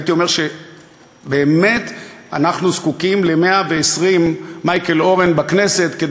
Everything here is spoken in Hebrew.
הייתי אומר שבאמת אנחנו זקוקים ל-120 מייקל אורן בכנסת,